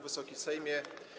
Wysoki Sejmie!